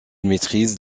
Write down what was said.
maîtrise